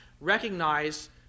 recognize